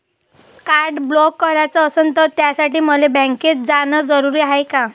Card block कराच असनं त त्यासाठी मले बँकेत जानं जरुरी हाय का?